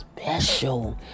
special